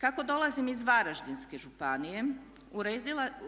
Kako dolazim iz Varaždinske županije